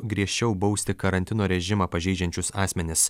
griežčiau bausti karantino režimą pažeidžiančius asmenis